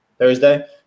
Thursday